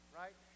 right